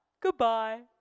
goodbye